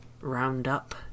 Roundup